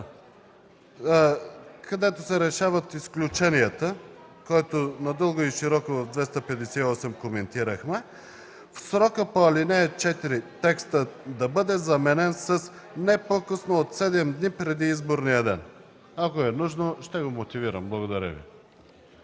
където се решават изключенията, което надълго и широко коментирахме в чл. 258: „В срока по ал. 4” текстът да бъде заменен с: „не по-късно от седем дни преди изборния ден”. Ако е нужно ще го мотивирам. Благодаря Ви.